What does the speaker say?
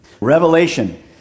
Revelation